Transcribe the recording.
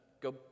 go